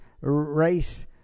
race